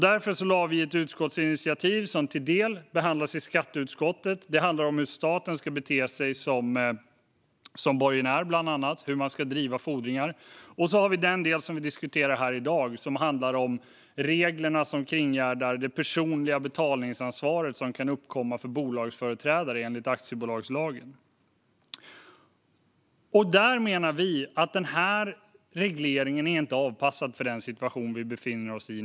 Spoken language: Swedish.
Därför har vi lagt fram ett utskottsinitiativ som delvis behandlas i skatteutskottet; det handlar bland annat om hur staten som borgenär ska bete sig och driva fordringar. Det handlar också om den del som utskottet diskuterar här i kammaren i dag. Det handlar om reglerna som kringgärdar det personliga betalningsansvaret som kan uppkomma för bolagsföreträdare enligt aktiebolagslagen. Vi menar att den här regleringen inte är avpassad för den situation Sverige nu befinner sig i.